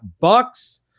bucks